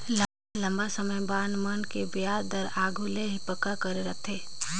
लंबा समे बांड मन के बियाज दर आघु ले ही पक्का कर रथें